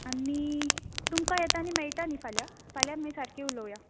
आनी तुमकां येता आनी मेळटा न्ही फाल्यां फाल्यां आम माय सारकीं उलोवयां